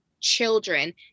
children